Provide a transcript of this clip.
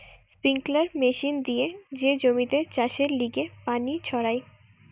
sprinkler machine দিয়ে যে জমিতে চাষের লিগে পানি ছড়ায়